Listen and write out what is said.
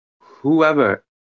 whoever